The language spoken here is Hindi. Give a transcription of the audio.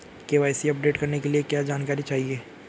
के.वाई.सी अपडेट करने के लिए क्या जानकारी चाहिए?